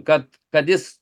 kad kad jis